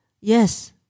Yes